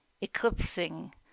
eclipsing